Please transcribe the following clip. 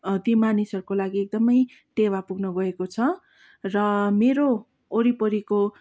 ती मानिसहरूको लागि एकदमै टेवा पुग्नु गएको छ र मेरो वरिपरिको